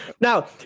Now